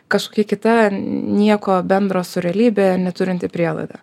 kažkokia kita nieko bendro su realybe neturinti prielaida